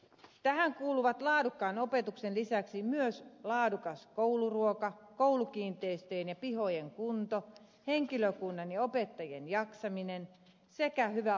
tähän kuuluvat laadukkaan opetuksen lisäksi myös laadukas kouluruoka koulukiinteistöjen ja pihojen kunto henkilökunnan ja opettajien jaksaminen sekä hyvä oppilashuolto